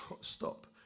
stop